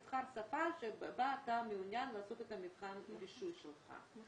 תבחר שפה שבה אתה מעוניין לעשות את מבחן הרישוי שלך.